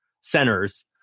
centers